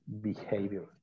behavior